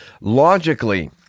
logically